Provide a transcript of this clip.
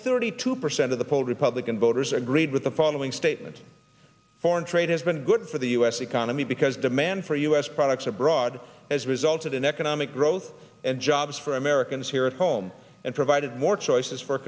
thirty two percent of the polled republican voters agreed with the following statement foreign trade has been good for the u s economy because demand for u s products abroad as resulted in economic growth and jobs for americans here at home and provided more choices for